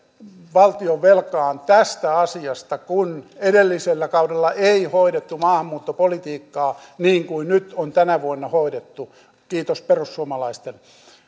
valtionvelkaan tästä asiasta kun edellisellä kaudella ei hoidettu maahanmuuttopolitiikkaa niin kuin nyt on tänä vuonna hoidettu kiitos perussuomalaisten